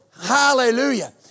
Hallelujah